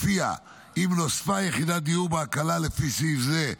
לפיה אם נוספה יחידת דיור בהקלה לפי סעיף זה,